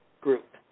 Group